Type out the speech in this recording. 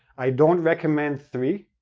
i don't recommend three,